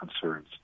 concerns